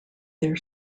their